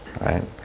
right